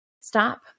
stop